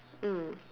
mm